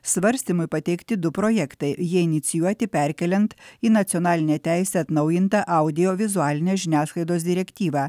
svarstymui pateikti du projektai jie inicijuoti perkeliant į nacionalinę teisę atnaujintą audiovizualinės žiniasklaidos direktyvą